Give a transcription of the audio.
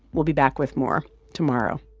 we'll be back with more tomorrow